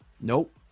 Nope